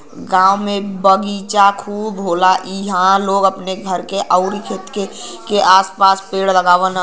गांव में बगीचा खूब होला इहां लोग अपने घरे आउर खेत के आस पास पेड़ लगावलन